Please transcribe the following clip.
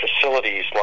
facilities